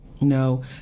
No